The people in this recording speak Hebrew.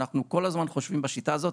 אנחנו כל הזמן חושבים בשיטה הזאת,